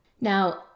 Now